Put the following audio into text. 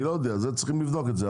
אני לא יודע, וצריך לבדוק את זה.